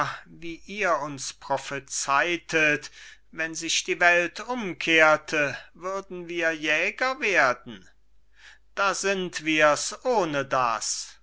wie ihr uns prophezeitet wenn sich die welt umkehrte würden wir jäger werden da sind wir's ohne das